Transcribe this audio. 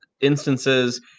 instances